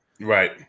Right